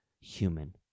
human